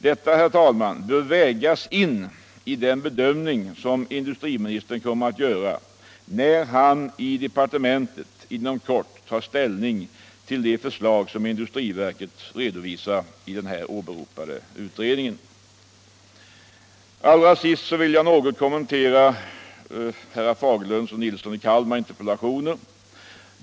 Detta, herr talman, bör vägas in i den bedömning som industriministern kommer att göra när han i departementet inom kort tar ställning till de förslag som industriverket redovisar i den här åberopade utredningen. Allra sist vill jag något kommentera herrar Fagerlunds och Nilssons i Kalmar interpellationer.